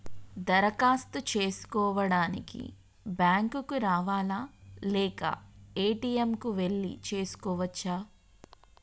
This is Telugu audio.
దరఖాస్తు చేసుకోవడానికి బ్యాంక్ కు రావాలా లేక ఏ.టి.ఎమ్ కు వెళ్లి చేసుకోవచ్చా?